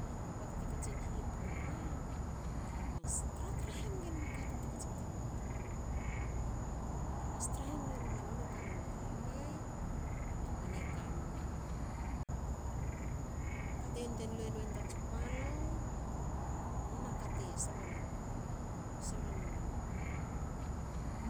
A poata te katsin hitul ra. ale mas tra- tra hanige mna katun te katsin tapa menmulu. Ale mas tra hange num noni e kamna lma. nonie kamna a kate antuen luenuin tats palau nona kate solon solon